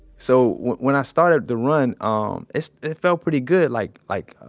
so, when i started the run, um, it it felt pretty good, like like